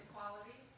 Equality